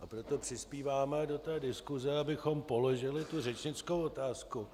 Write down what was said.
A proto přispíváme do diskuse, abychom položili řečnickou otázku.